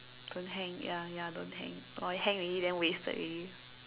don't hang ya ya don't hang oh you hang already then wasted already